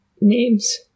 names